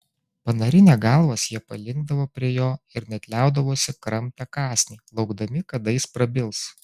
panarinę galvas jie palinkdavo prie jo ir net liaudavosi kramtę kąsnį laukdami kada jis prabils